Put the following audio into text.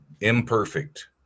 imperfect